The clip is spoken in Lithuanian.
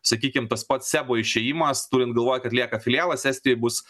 sakykim tas pats sebo išėjimas turint galvoj kad lieka filialas estijoj bus